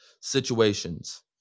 situations